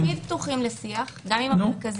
אנחנו תמיד פתוחים לשיח, גם עם המרכזים.